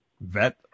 Vet